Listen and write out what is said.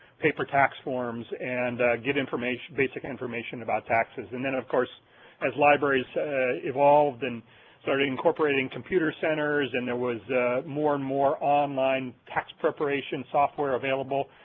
paper tax forms and get information, basic information about taxes. and then of course as libraries evolved and started incorporating computer centers and there was more and more online tax preparation software available,